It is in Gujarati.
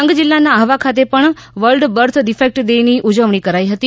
ડાંગ જીલ્લાના આહવા ખાતે પણ વર્લ્ડ બર્થ ડીફેક્ટ ડે ની ઉજવણી કરાઈ હતી